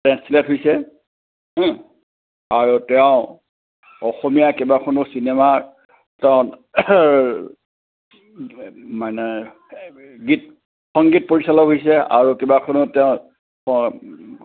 translate হৈছে আৰু তেওঁ অসমীয়া কেইবাখনো চিনেমা তেওঁ মানে গীত সংগীত পৰিচালক হৈছে আৰু কেইবাখনো তেওঁ